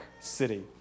City